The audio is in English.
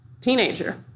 teenager